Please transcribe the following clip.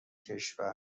کشور